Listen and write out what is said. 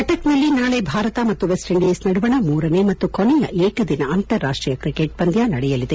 ಕಟಕ್ನಲ್ಲಿ ನಾಳೆ ಭಾರತ ಮತ್ತು West Indies ನಡುವಣ ಮೂರನೆ ಮತ್ತು ಕೊನೆಯ ಏಕದಿನ ಅಂತಾರಾಷ್ಟೀಯ ಕ್ರಿಕೆಟ್ ಪಂದ್ಯ ನಡೆಯಲಿದೆ